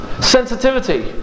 Sensitivity